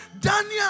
Daniel